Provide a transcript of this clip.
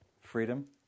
freedom